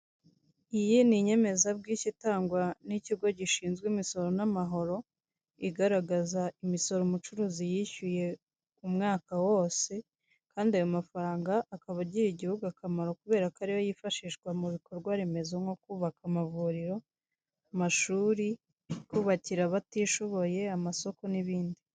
Iyi ni inyemezabwishyu itangwa n'ikigo gishinzwe imisoro n'amahoro, igaragaza imisoro umucuruzi yishyuye umwaka wose, kandi ayo mafaranga akaba agirira igihugu akamaro kubera ko ariyo yifashishwa mu ibikorwa remezo nko kubaka, amavuriro, amashuri, kubakira abatishoboye, amasoko n'ibindi.